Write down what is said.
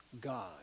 God